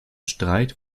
streit